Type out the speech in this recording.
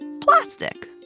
plastic